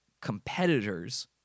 competitors